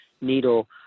needle